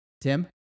Tim